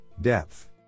depth